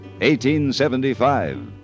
1875